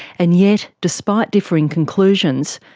and yet, despite differing conclusions,